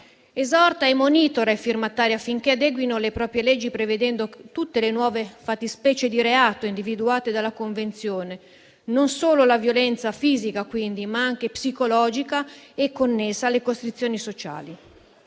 esorta e monitora i firmatari affinché adeguino le proprie leggi prevedendo tutte le nuove fattispecie di reato individuate: non solo la violenza fisica, quindi, ma anche psicologica e connessa alle costrizioni sociali.